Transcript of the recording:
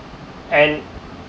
and